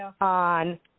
on